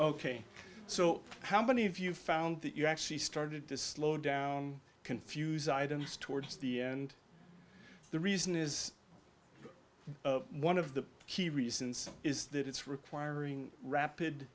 ok so how many of you found that you actually started to slow down confuse items towards the end the reason is one of the key reasons is that it's requiring rapid